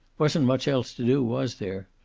wasn't much else to do, was there?